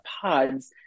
pods